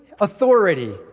authority